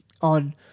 on